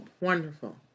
Wonderful